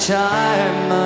time